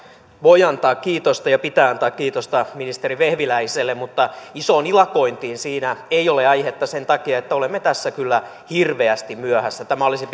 voi ja pitää antaa kiitosta ministeri vehviläiselle mutta isoon ilakointiin siinä ei ole aihetta sen takia että olemme tässä kyllä hirveästi myöhässä tämän olisi